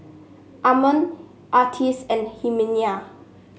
Amon Artis and Herminia